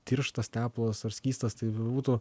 tirštas tepalas ar skystas tai būtų